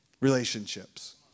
relationships